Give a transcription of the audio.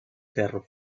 ferro